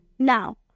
Now